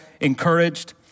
encouraged